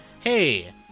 Hey